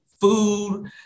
food